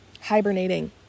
hibernating